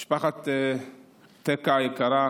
משפחת טקה היקרה,